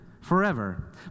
forever